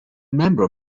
member